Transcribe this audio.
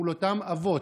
מול אותם אבות,